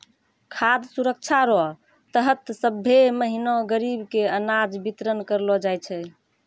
खाद सुरक्षा रो तहत सभ्भे महीना गरीब के अनाज बितरन करलो जाय छै